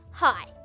Hi